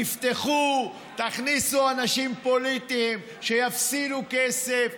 תפתחו, תכניסו אנשים פוליטיים שיפסידו כסף.